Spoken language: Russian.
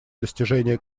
достижение